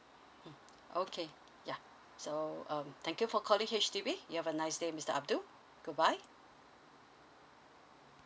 okay yeah so um thank you for calling H_D_B you have a nice day mister abdul goodbye